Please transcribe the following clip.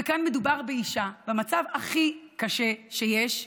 וכאן מדובר באישה במצב הכי קשה שיש,